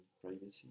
privacy